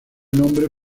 nombre